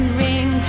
ring